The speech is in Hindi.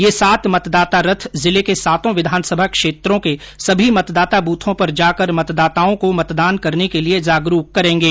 ये सात मतदाता रथ जिले के सातों विधानसभा क्षेत्रों के सभी मतदाता बूथों पर जाकर मतदाताओं को मतदान करने के लिये जागरूक करेंगे